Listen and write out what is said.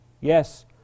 Yes